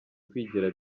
kwigira